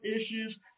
issues